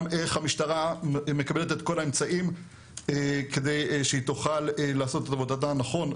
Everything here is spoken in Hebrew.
גם איך המשטרה מקבלת את כל האמצעים כדי שתוכל לעשות את עבודתה נכון.